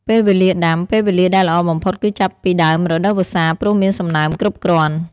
ពេលវេលាដាំ ពេលវេលាដែលល្អបំផុតគឺចាប់ពីដើមរដូវវស្សា ព្រោះមានសំណើមគ្រប់គ្រាន់។